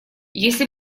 если